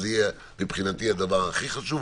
זה יהיה מבחינתי הדבר הכי חשוב,